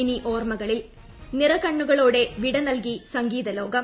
ഇനി ഓർമ്മകളിൽ നിറകണ്ണുകളോടെ വിട നൽകി സംഗീതലോകം